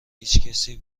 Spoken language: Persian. هیچکسی